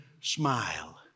smile